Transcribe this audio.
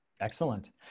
Excellent